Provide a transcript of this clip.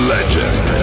Legend